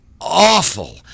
awful